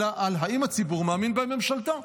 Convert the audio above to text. אלא על אם הציבור מאמין בממשלתו,